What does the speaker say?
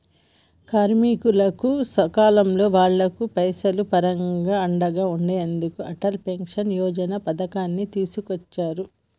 కార్మికులకు సకాలంలో వాళ్లకు పైసలు పరంగా అండగా ఉండెందుకు అటల్ పెన్షన్ యోజన పథకాన్ని తీసుకొచ్చారు